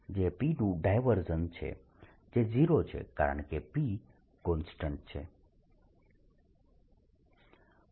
જે P નું divergence છે જે 0 છે કારણકે P કોન્સ્ટન્ટ છે